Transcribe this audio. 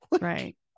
Right